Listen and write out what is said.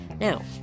Now